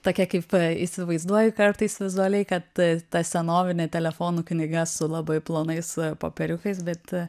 tokią kaip įsivaizduoju kartais vizualiai kad ta senovinė telefonų knyga su labai plonais popieriukais bet